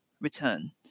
return